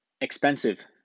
expensive